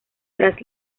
tras